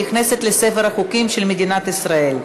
עברה בקריאה השלישית ונכנסת לספר החוקים של מדינת ישראל.